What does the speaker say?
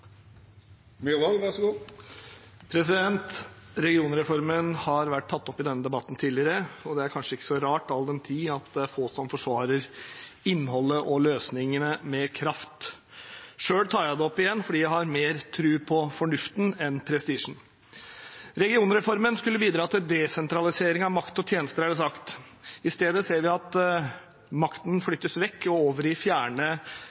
kanskje ikke så rart, all den tid det er få som forsvarer innholdet og løsningene med kraft. Selv tar jeg det opp igjen fordi jeg har mer tro på fornuften enn på prestisjen. Regionreformen skulle bidra til desentralisering av makt og tjenester, er det sagt. I stedet ser vi at makten flyttes vekk og over i